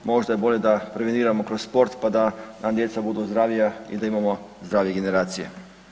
Možda je bolje da preveniramo kroz sport pa da nam djeca budu zdravija i da imamo zdravije generacije.